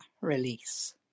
release